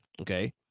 okay